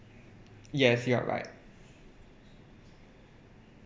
yes you are right